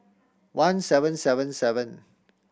one seven seven seven